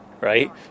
right